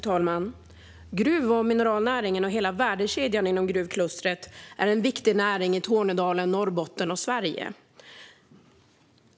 Fru talman! Gruv och mineralnäringen och hela värdekedjan inom gruvklustret är en viktig näring i Tornedalen, Norrbotten och Sverige.